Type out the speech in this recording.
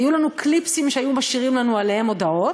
היו לנו קליפסים שהיו משאירים לנו עליהם הודעות,